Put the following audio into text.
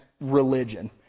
religion